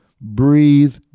breathe